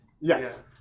yes